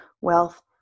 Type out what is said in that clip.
wealth